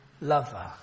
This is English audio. lover